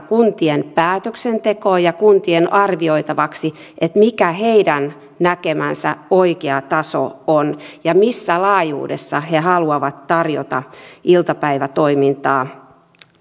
kuntien päätöksentekoon ja kuntien arvioitavaksi mikä heidän näkemänsä oikea taso on ja missä laajuudessa he haluavat tarjota iltapäivätoimintaa